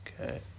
Okay